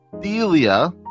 Delia